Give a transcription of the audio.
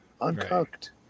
Uncooked